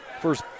First